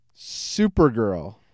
Supergirl